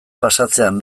pasatzean